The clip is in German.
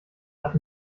hat